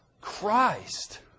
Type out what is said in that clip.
Christ